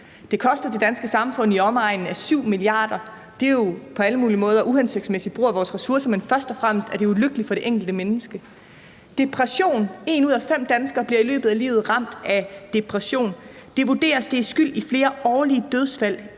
Det koster det danske samfund i omegnen af 7 mia. kr., og det er jo på alle mulige måder en uhensigtsmæssig brug af vores ressourcer. Men først og fremmest er det ulykkeligt for det enkelte menneske. En ud af fem danskere bliver i løbet af livet ramt af depression. Det vurderes, at det er skyld i flere årlige dødsfald